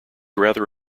rather